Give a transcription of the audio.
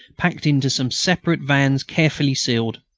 packed into some separate vans carefully sealed.